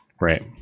Right